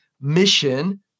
mission